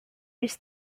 his